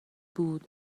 بود